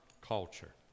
Culture